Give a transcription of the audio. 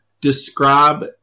describe